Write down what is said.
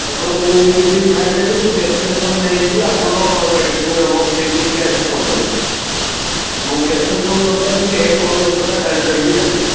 ଆପଣ କେଉଁ ମେଡ଼ିସିନ୍ ଖାଇଥିଲେ ସେ ପ୍ରେସ୍କ୍ରିପ୍ସନ୍ ନେଇକି ଆପଣ ମୋ କ୍ଲିନିକ୍କୁ ଆସି ପହଁଛନ୍ତୁ ମୁଁ ପ୍ରେସ୍କ୍ରିପ୍ସନ୍ ନ ଦେଖିଲେ କୌଣସି କଥା ଜାଣିପାରିବି ନାହିଁ